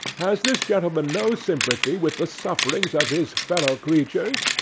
has this gentleman no sympathy with the sufferings of his fellow-creatures?